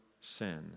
sin